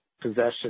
possession